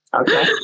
Okay